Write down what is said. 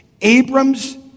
Abram's